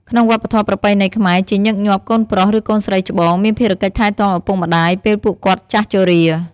ក្នុងវប្បធម៌ប្រពៃណីខ្មែរ ជាញឹកញាប់កូនប្រុស ឬកូនស្រីច្បងមានភារកិច្ចថែទាំឪពុកម្តាយពេលពួកគាត់ចាស់ជរា។